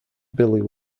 billy